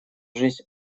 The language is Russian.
жизнь